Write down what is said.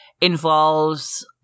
involves